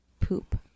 poop